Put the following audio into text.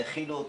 האכילו אותו,